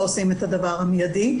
לא עושים את הדבר המידי.